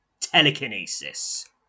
telekinesis